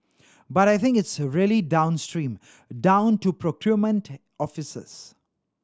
but I think it's really downstream down to procurement offices